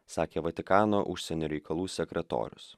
sakė vatikano užsienio reikalų sekretorius